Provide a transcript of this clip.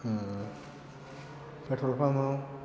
petrol पाम्पआव